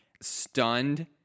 stunned